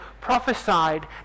prophesied